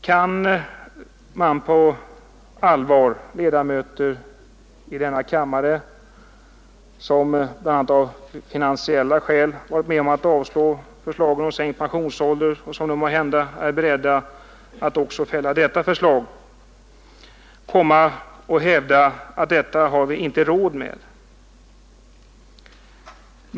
Kan ni på allvar, ledamöter av denna kammare, som bl.a. av finansiella skäl varit med om att avslå förslagen om sänkt pensionsålder och som nu måhända är beredda att också fälla detta förslag, komma och hävda att detta har vi inte råd med?